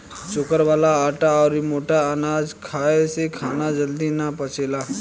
चोकर वाला आटा अउरी मोट अनाज खाए से खाना जल्दी ना पचेला